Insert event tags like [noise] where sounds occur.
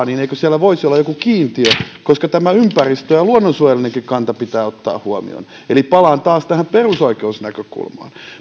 [unintelligible] niin eikö siellä voisi olla joku kiintiö koska tämän ympäristö ja luonnonsuojelullinenkin kanta pitää ottaa huomioon eli palaan taas tähän perusoikeusnäkökulmaan